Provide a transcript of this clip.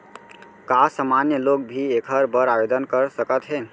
का सामान्य लोग भी एखर बर आवदेन कर सकत हे?